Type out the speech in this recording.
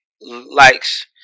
likes